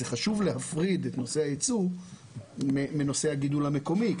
חשוב להפריד את נושא הייצוא מנושא הגידול המקומי.